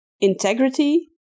integrity